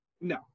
no